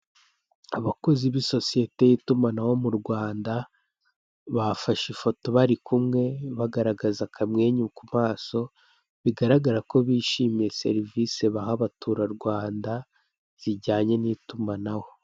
Abakozi b'isosiyete y'itumanaho mu Rwanda, bafashe ifoto bari kumwe, bagaragaza akamwenyu ku maso, bigaragara ko bishimiye serivise baha abaturarwanda, zijanye n'itumanaho.